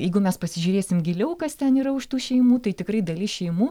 jeigu mes pasižiūrėsim giliau kas ten yra už tų šeimų tai tikrai dalis šeimų